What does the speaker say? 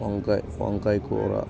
వంకాయ వంకాయ కూర